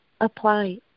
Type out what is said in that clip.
apply